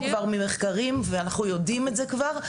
כבר ממחקרים ואנחנו יודעים את זה כבר,